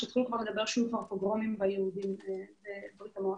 התחילו לדבר שיהיו פוגרומים ביהודים בברית המועצות.